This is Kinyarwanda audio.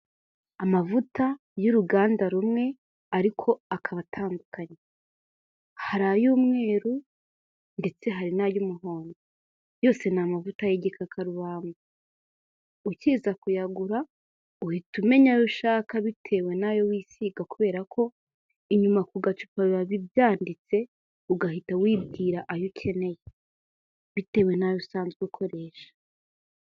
Amavuta y'uruganda rumwe ariko akaba atandukanye, hari ay'umweru ndetse hari n'ay'umuhondo, yose ni amavuta y'igikakarubamba, ukiza kuyagura uhita umenya ayo ushaka bitewe n'ayo wisiga kubera ko, inyuma ku gacupa biba byanditse ugahita wibwira ayo ukeneye, bitewe n'ayo usanzwe ukoresha.